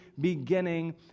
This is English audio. beginning